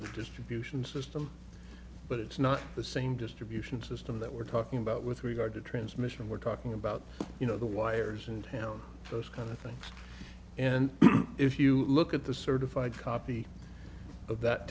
the distribution system but it's not the same distribution system that we're talking about with regard to transmission we're talking about you know the wires in town those kind of things and if you look at the certified copy of that